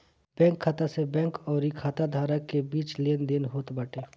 bank खाता से bank अउरी खाता धारक के बीच लेनदेन होत बाटे